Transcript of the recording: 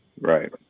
Right